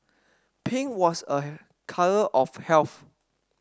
pink was a colour of health